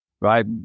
right